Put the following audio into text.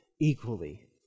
equally